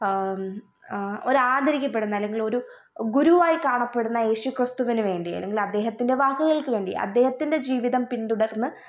ഒരു ആദരിക്കപ്പെടുന്ന അല്ലെങ്കിൽ ഒരു ഗുരുവായി കാണപ്പെടുന്ന യേശുക്രിസ്തുവിനുവേണ്ടി അല്ലെങ്കിൽ അദ്ദേഹത്തിൻ്റെ വാക്കുകൾക്കുവേണ്ടി അദ്ദേഹത്തിൻ്റെ ജീവിതം പിന്തുടർന്ന്